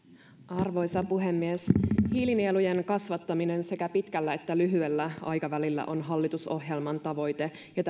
arvoisa puhemies hiilinielujen kasvattaminen sekä pitkällä että lyhyellä aikavälillä on hallitusohjelman tavoite ja